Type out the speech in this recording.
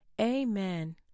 Amen